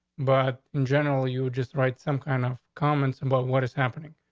but in general, you just write some kind of comments about what is happening,